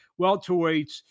welterweights